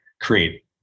create